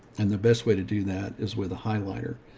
and the best way to do that is with a highlighter.